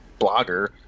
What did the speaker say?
blogger